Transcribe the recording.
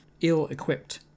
ill-equipped